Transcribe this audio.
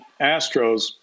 Astros